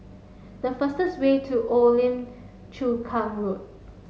the fastest way to Old Lim Chu Kang Road